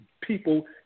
people